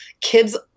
Kids